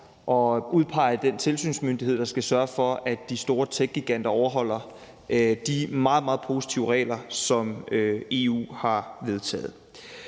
at udpege den tilsynsmyndighed, der skal sørge for, at de store techgiganter overholder de meget, meget positive regler, som EU har vedtaget.